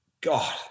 god